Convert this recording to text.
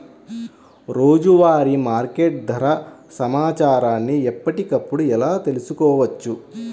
రోజువారీ మార్కెట్ ధర సమాచారాన్ని ఎప్పటికప్పుడు ఎలా తెలుసుకోవచ్చు?